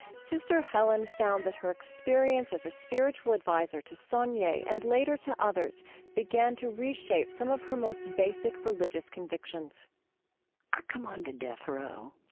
sister helen found that her experience as a spiritual adviser to sonnier and later to others began to reshape some of her most basic religious convictions i come onto death row.